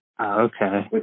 Okay